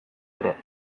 ere